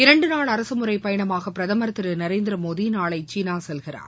இரண்டு நாள் அரசுமுறைப் பயணமாக பிரதமர் திரு நரேந்திரமோடி நாளை சீனா செல்கிறார்